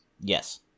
Yes